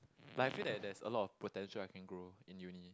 like I feel that there's a lot of potential I can grow in uni